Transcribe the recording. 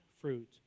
fruit